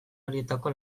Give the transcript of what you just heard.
horietako